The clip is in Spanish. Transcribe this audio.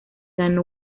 ganó